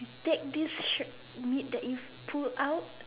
you take this shirt meat that you pull out